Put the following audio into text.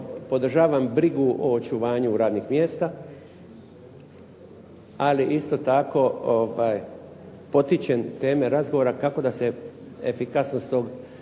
podržavam brigu o očuvanju radnih mjesta, ali isto tako potičem teme razgovora kako da efikasnost